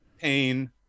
pain